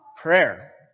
prayer